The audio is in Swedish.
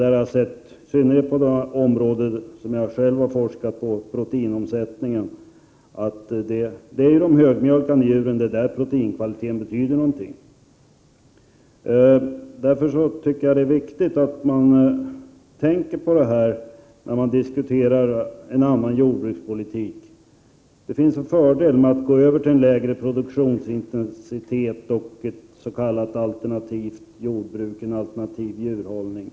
Jag har, i synnerhet på det område jag själv har forskat på, proteinomsättningen, sett att det är för de högmjölkande djuren proteinkvaliteten betyder någonting. Därför är det viktigt att man tänker på detta när man diskuterar en annan jordbrukspolitik. Det finns fördelar med att gå över till en lägre produktionsintensitet, ett s.k. alternativt jordbruk med en alternativ djurhållning.